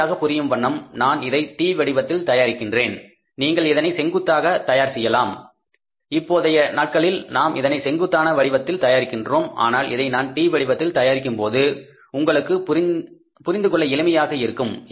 எளிமையாக புரியும் வண்ணம் நான் இதை T வடிவத்தில் தயாரிக்கிறேன் நீங்கள் இதனை செங்குத்தாகவும் தயார் செய்யலாம் இப்போதைய நாட்களில் நாம் இதனை செங்குத்தான வடிவத்தில் தயாரிக்கிறோம் ஆனால் இதை நான் T வடிவத்தில் தயாரிக்கும்போது உங்களுக்கு புரிந்துகொள்ள எளிமையாக இருக்கும்